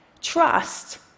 Trust